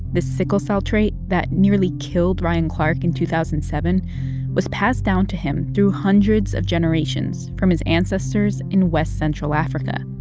this sickle cell trait, that nearly killed ryan clark in two thousand and seven was passed down to him through hundreds of generations from his ancestors in west central africa,